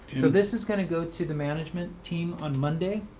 so this is going to go to the management team on monday.